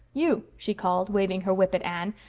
you, she called, waving her whip at anne.